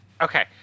Okay